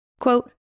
Quote